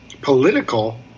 political